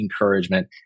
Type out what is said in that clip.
encouragement